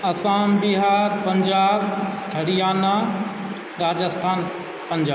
Assam Bihar Punjab Haryana Rajasthan